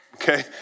okay